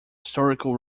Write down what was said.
historical